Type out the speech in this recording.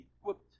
equipped